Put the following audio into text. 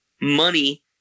money